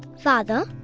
father,